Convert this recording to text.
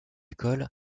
école